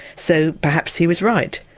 so perhaps he was right,